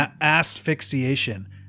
asphyxiation